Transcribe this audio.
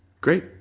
great